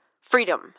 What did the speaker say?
freedom